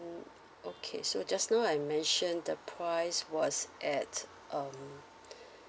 okay so just now I mentioned the price was at um